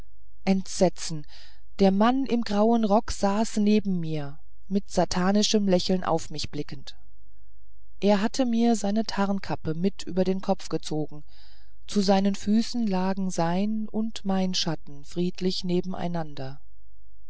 entsetzen der mann im grauen rock saß neben mir mit satanischem lächeln auf mich blickend er hatte mir seine tarnkappe mit über den kopf gezogen zu seinen füßen lagen sein und mein schatten friedlich neben